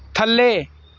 ਥੱਲੇ